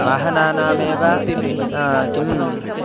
वाहनानामेव किं